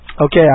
Okay